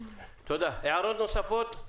הערות נוספות?